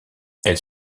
elles